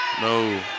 No